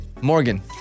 Morgan